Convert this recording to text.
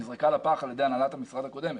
נזרקה לפח על ידי הנהלת המשרד הקודמת.